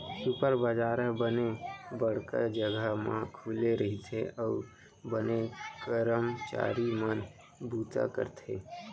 super बजार ह बने बड़का जघा म खुले रइथे अउ बने करमचारी मन बूता करथे